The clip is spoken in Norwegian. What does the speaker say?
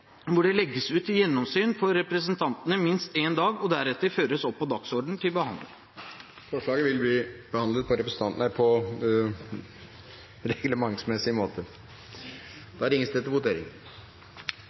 hvor det står at det «legges ut til gjennomsyn for representantene i minst én dag og deretter føres opp på dagsordenen til behandling». Forslaget vil bli behandlet på reglementsmessig måte. Før Stortinget går til votering,